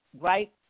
right